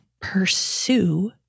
pursue